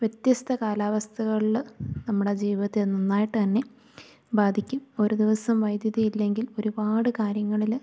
വ്യത്യസ്ത കാലാവസ്ഥകളിൽ നമ്മുടെ ജീവിതത്തേ അത് നന്നായിട്ട് തന്നെ ബാധിക്കും ഒരു ദിവസം വൈദ്യുതി ഇല്ലെങ്കിൽ ഒരുപാട് കാര്യങ്ങളില്